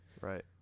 Right